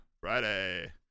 Friday